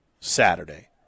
Saturday